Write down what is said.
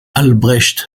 albrecht